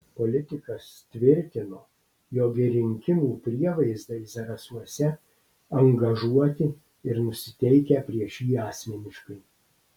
politikas tvirtino jog ir rinkimų prievaizdai zarasuose angažuoti ir nusiteikę prieš jį asmeniškai